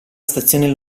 stazione